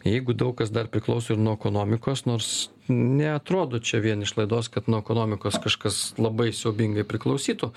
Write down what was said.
jeigu daug kas dar priklauso ir nuo ekonomikos nors neatrodo čia vien iš laidos kad nuo ekonomikos kažkas labai siaubingai priklausytų